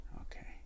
Okay